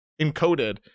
encoded